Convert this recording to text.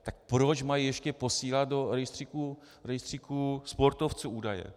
Tak proč mají ještě posílat do rejstříku sportovců údaje?